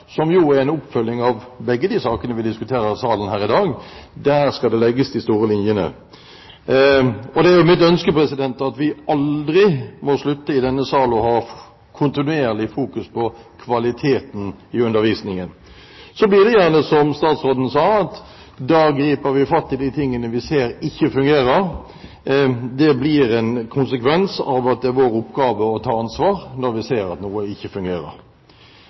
som jo er en oppfølging av begge de sakene vi diskuterer her i salen i dag. Der skal det legges de store linjene. Det er mitt ønske at vi i denne sal aldri må slutte å ha kontinuerlig fokus på kvaliteten i undervisningen. Da blir det gjerne slik som statsråden sa, at vi griper fatt i de tingene vi ser ikke fungerer. Det blir en konsekvens av at det er vår oppgave å ta ansvar når vi ser at noe ikke fungerer.